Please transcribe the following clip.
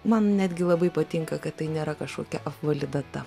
man netgi labai patinka kad tai nėra kažkokia apvali data